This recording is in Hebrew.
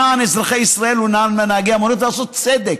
למען אזרחי ישראל ולמען נהגי המוניות, ולעשות צדק.